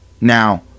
Now